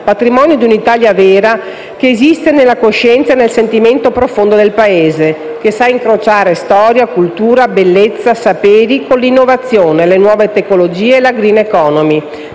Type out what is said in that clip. patrimonio di un'Italia vera, che esiste nella coscienza e nel sentimento profondo del Paese, che sa incrociare storia, cultura, bellezza, saperi, con l'innovazione, le nuove tecnologie e la *green economy*.